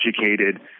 educated